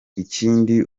ikindi